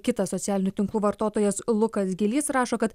kitas socialinių tinklų vartotojas lukas gylys rašo kad